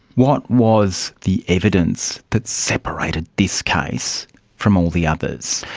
what was the evidence that separated this case from all the others?